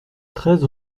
treize